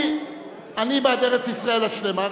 אני בעד ארץ-ישראל השלמה,